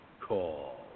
call